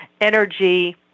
energy